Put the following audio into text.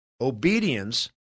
Obedience